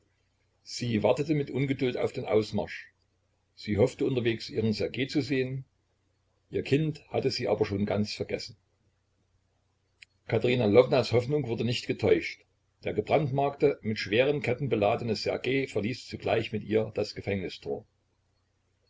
sie wartete mit ungeduld auf den ausmarsch sie hoffte unterwegs ihren ssergej zu sehen ihr kind hatte sie aber schon ganz vergessen katerina lwownas hoffnung wurde nicht getäuscht der gebrandmarkte mit schweren ketten beladene ssergej verließ zugleich mit ihr das gefängnistor